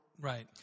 Right